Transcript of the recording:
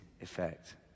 effect